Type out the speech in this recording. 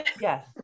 Yes